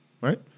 right